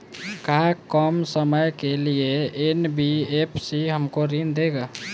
का कम समय के लिए एन.बी.एफ.सी हमको ऋण देगा?